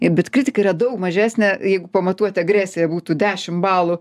bet kritika yra daug mažesnė jeigu pamatuot agresiją būtų dešim balų